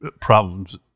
problems